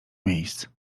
miejsc